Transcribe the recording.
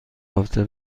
هفته